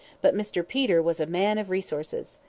but mr peter was a man of resources.